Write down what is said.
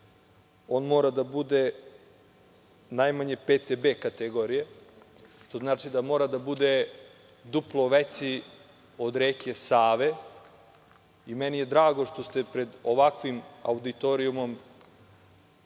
on mora da bude najmanje pete B kategorije, što znači da mora da bude duplo veći od reke Save. Meni je drago što ste pred ovakvim auditorijumom